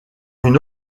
une